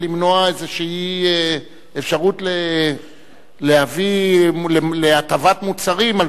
מונע איזו אפשרות להביא להטבת מוצרים.